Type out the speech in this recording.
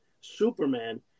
Superman